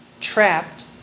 trapped